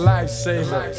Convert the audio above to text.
Lifesaver